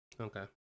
Okay